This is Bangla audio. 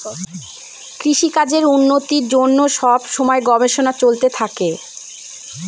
কৃষিকাজের উন্নতির জন্য সব সময় গবেষণা চলতে থাকে